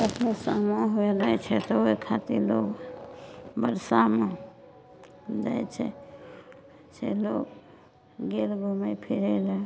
कखनो शाममे हुए लागैत छै ओहि खातिर लोग बरसामे जाइत छै लोग गेल घूमए फिरए लऽ